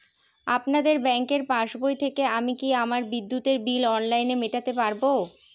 আপনাদের ব্যঙ্কের পাসবই থেকে আমি কি আমার বিদ্যুতের বিল অনলাইনে মেটাতে পারবো?